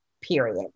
period